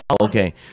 okay